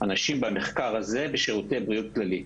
אנשים במחקר הזה בשירותי בריאות כללית.